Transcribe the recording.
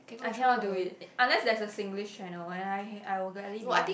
I cannot do it unless there's a Singlish channel and I I will gladly be on it